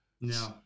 No